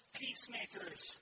peacemakers